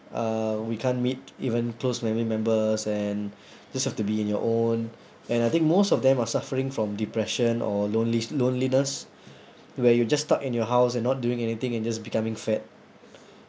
uh we can't meet even close family members and just have to be in your own and I think most of them are suffering from depression or loneli~ loneliness where you're just stuck in your house and not doing anything and just becoming fat